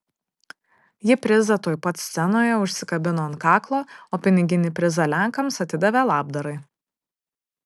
ji prizą tuoj pat scenoje užsikabino ant kaklo o piniginį prizą lenkams atidavė labdarai